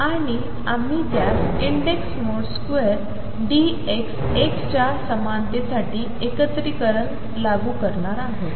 आणि आम्ही त्याच इंडेक्स मोड स्क्वेअर dx 1 च्या समानतेसाठी ते एकत्रीकरण लागू करणार आहोत